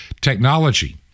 technology